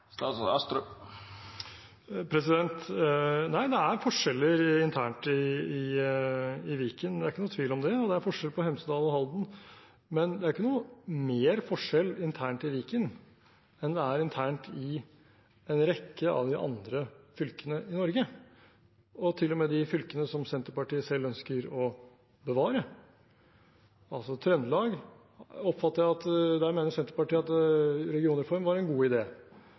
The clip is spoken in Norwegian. Det er forskjeller internt i Viken, det er ikke noen tvil om det, og det er forskjell på Hemsedal og Halden. Men det er ikke noe mer forskjell internt i Viken enn det er internt i en rekke av de andre fylkene i Norge. Og til og med i de fylkene Senterpartiet selv ønsker å bevare, altså Trøndelag, oppfatter jeg at Senterpartiet mener at regionreformen var en god